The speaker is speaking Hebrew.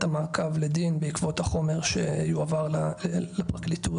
המעקב לדין בעקבות החומר שיועבר לפרקליטות,